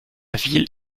ville